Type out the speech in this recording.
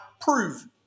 prove